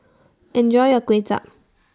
Enjoy your Kway Chap